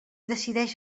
decideix